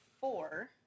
four